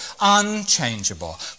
unchangeable